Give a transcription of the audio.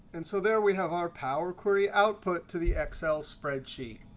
and so there we have our power query output to the excel spreadsheet,